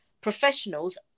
professionals